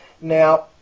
Now